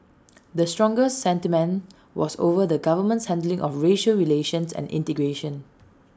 the strongest sentiment was over the government's handling of racial relations and integration